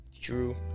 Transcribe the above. True